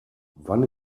wann